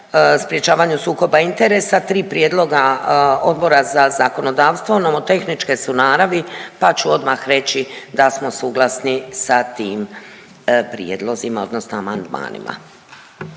sprječavanju sukoba interesa tri prijedloga Odbora za zakonodavstvo nomotehničke su naravi, pa ću odmah reći da smo suglasni sa tim prijedlozima, odnosno amandmanima.